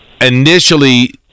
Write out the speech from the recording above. Initially